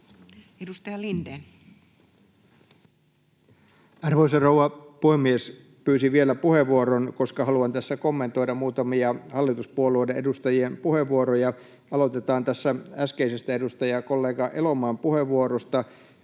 Content: Arvoisa rouva puhemies! Pyysin vielä puheenvuoron, koska haluan tässä kommentoida muutamia hallituspuolueiden edustajien puheenvuoroja. Aloitetaan tästä äskeisestä edustajakollega Elomaan puheenvuorosta.